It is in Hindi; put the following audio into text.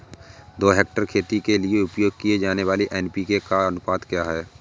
दो हेक्टेयर खेती के लिए उपयोग की जाने वाली एन.पी.के का अनुपात क्या है?